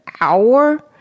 hour